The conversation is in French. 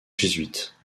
jésuites